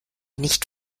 nicht